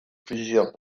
plusieurs